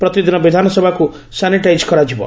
ପ୍ରତିଦିନ ବିଧାନସଭାକୁ ସାନିଟାଇଜ୍ କରାଯିବ